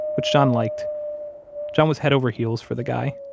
which john liked john was head over heels for the guy.